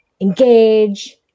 engage